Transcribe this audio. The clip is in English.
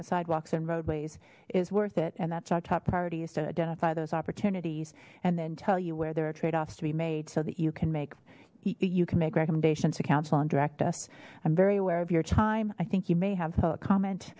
the sidewalks and roadways is worth it and that's our top priority is to identify those opportunities and then tell you where there are trade offs to be made so that you can make you can make recommendations to counsel on direct us i'm very aware of your time i think you may have thought comment